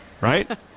Right